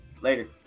Later